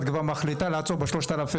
את כבר מחליטה לעצור ב-3,000,